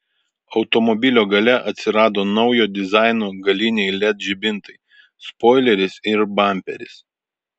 automobilio gale atsirado naujo dizaino galiniai led žibintai spoileris ir bamperis